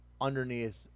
underneath